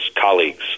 colleagues